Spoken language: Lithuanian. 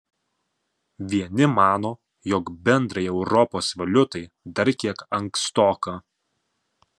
vieni mano jog bendrai europos valiutai dar kiek ankstoka